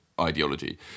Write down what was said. ideology